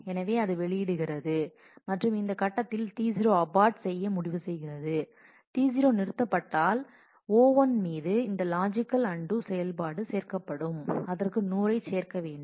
எனவே அது வெளியிடுகிறது மற்றும் இந்த கட்டத்தில் T0 அபார்ட் செய்ய முடிவு செய்கிறது T0 நிறுத்தப்பட்டால் O1 இன் மீது இந்த லாஜிக்கல் அன்டூ செயல்பாடு சேர்க்கப்படும் அதற்கு 100 ஐ சேர்க்க வேண்டும்